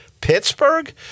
Pittsburgh